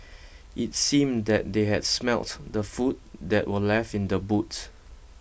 it seemed that they had smelt the food that were left in the boots